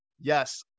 yes